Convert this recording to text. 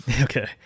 okay